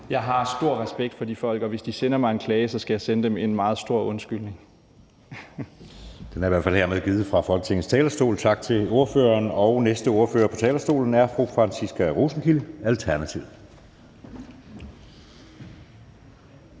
Jeg har stor respekt for de folk, og hvis de sender mig en klage, skal jeg sende dem en meget stor undskyldning. Kl. 11:11 Anden næstformand (Jeppe Søe): Den er i hvert fald hermed givet fra Folketingets talerstol. Tak til ordføreren. Og næste ordfører på talerstolen er fru Franciska Rosenkilde, Alternativet.